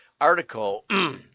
article